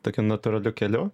tokiu natūraliu keliu